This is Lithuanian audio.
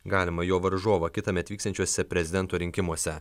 galimą jo varžovą kitąmet vyksiančiuose prezidento rinkimuose